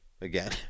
Again